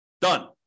Done